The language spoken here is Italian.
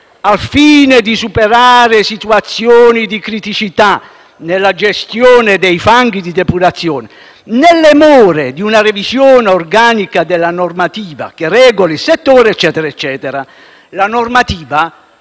«Al fine di superare situazioni di criticità nella gestione dei fanghi di depurazione, nelle more di una revisione organica della normativa di settore,» eccetera. La normativa